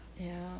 ya